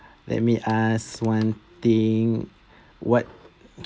let me ask one thing what